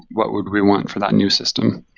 what would we want for that new system.